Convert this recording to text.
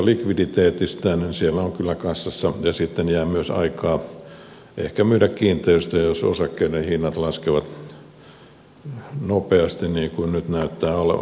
siellä on kyllä kassassa ja sitten jää myös aikaa ehkä myydä kiinteistöjä jos osakkeiden hinnat laskevat nopeasti niin kuin nyt näyttää olevan